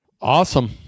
Awesome